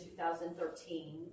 2013